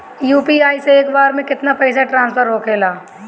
UPI से एक बार मे केतना पैसा ट्रस्फर होखे ला?